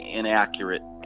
inaccurate